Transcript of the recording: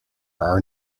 are